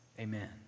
Amen